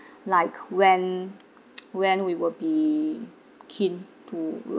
like when when we will be keen to